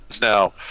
now